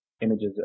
Images